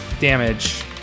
damage